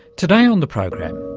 today on the program,